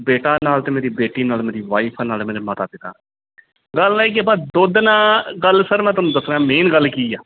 ਬੇਟਾ ਨਾਲ ਅਤੇ ਮੇਰੀ ਬੇਟੀ ਨਾਲ ਮੇਰੀ ਵਾਈਫ ਹੈ ਨਾਲ ਮੇਰੇ ਮਾਤਾ ਪਿਤਾ ਗੱਲ ਇਹ ਆ ਕਿ ਆਪਾਂ ਦੁੱਧ ਨਾ ਗੱਲ ਸਰ ਮੈਂ ਤੁਹਾਨੂੰ ਦੱਸਦਾ ਮੇਨ ਗੱਲ ਕੀ ਆ